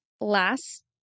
last